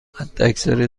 حداکثر